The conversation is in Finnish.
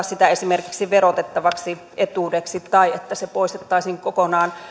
sitä esimerkiksi verotettavaksi etuudeksi tai että se poistettaisiin kokonaan